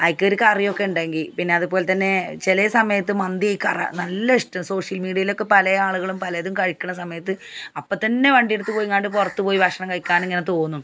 അയ്ക്കൊരു കറിയൊക്കെയുണ്ടെങ്കിൽ പിന്നതുപോലെ തന്നെ ചില സമയത്ത് മന്തിയൊക്കെ നല്ല ഇഷ്ടം സോഷ്യൽ മീഡിയയിലൊക്കെ പലയാളുകളും പലതും കഴിക്കണ സമയത്ത് അപ്പം തന്നെ വണ്ടിയെടുത്തു പോയിങ്ങാണ്ട് പുറത്തു പോയി ഭഷണം കഴിക്കാൻ ഇങ്ങനെ തോന്നും